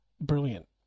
brilliant